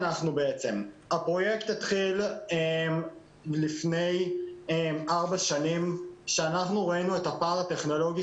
הפרויקט התחיל לפני 4 שנים כשראינו את הפער הטכנולוגי